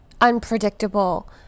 unpredictable